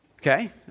Okay